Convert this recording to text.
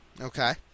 Okay